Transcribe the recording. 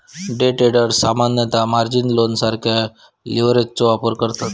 day traders सामान्यतः margin लोनसारख्या लीव्हरेजचो वापर करतत